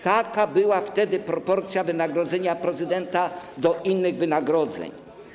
Taka była wtedy proporcja wynagrodzenia prezydenta do innych wynagrodzeń.